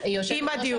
עם הדיון.